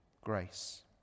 grace